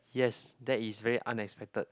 yes that is very unexpected